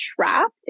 trapped